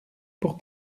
pour